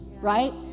right